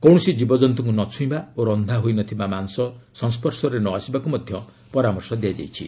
କୌଣସି ଜୀବଜନ୍ତୁଙ୍କୁ ନ ଛୁଇଁବା ଓ ରନ୍ଧା ହୋଇ ନଥିବା ମାଂସ ସଂସ୍କର୍ଶରେ ନ ଆସିବାକୁ ମଧ୍ୟ କୁହାଯାଇଛି